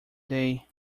day